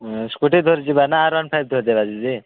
ହଁ ସ୍କୁଟି ଧରି ଯିବାନା ଆର୍ ୱାନ୍ ଫାଇଭ୍ ଧରି ଯିବା ଦିଦି